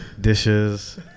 Dishes